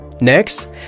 Next